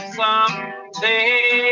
someday